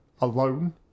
Alone